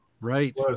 Right